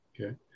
Okay